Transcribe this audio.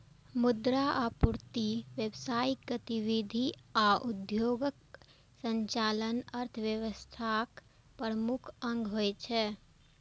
मुद्रा आपूर्ति, व्यावसायिक गतिविधि आ उद्योगक संचालन अर्थव्यवस्थाक प्रमुख अंग होइ छै